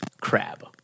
crab